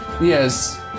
Yes